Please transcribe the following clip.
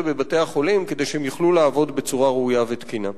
בבתי-החולים כדי שהם יוכלו לעבוד בצורה ראויה ותקינה.